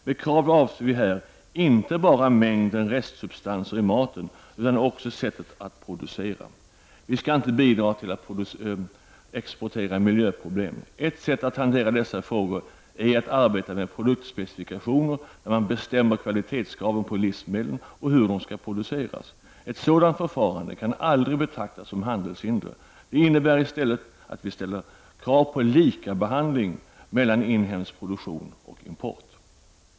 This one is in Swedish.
Med krav avser vi här inte bara mängden restsubstanser i maten utan också sättet att producera. Vi skall inte bidra till att exportera miljöproblem. Ett sätt att hantera dessa frågor är att arbeta med produktspecifikationer där man bestämmer kvalitetskraven på livsmedlen och hur de skall produceras. Ett sådan förfarande kan aldrig betraktas som handelshinder. Det innebär i stället att vi ställer krav på likabehandling mellan inhemsk produktion och import.